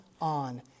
on